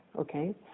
Okay